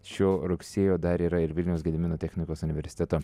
šio rugsėjo dar yra ir vilniaus gedimino technikos universiteto